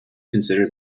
consider